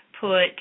put